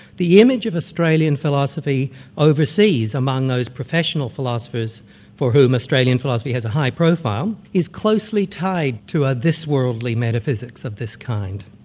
the image of australian philosophy overseas among those professional philosophers for whom australian philosophy has a high profile, is closely tied to a this-worldly metaphysics of this kind.